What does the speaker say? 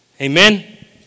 Amen